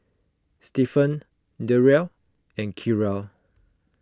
Stephen Derrell and Kiarra